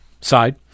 side